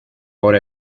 por